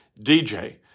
DJ